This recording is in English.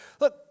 look